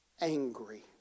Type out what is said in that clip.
angry